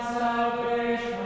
salvation